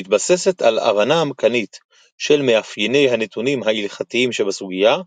המתבססת על הבנה עמקנית של מאפייני הנתונים ההלכתיים שבסוגיה,